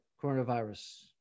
coronavirus